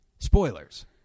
Spoilers